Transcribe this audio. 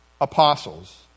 apostles